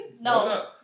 No